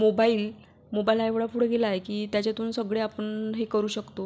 mobile mobile हा एवढा पुढे गेला आहे की त्याच्यातून सगळे आपण हे करू शकतो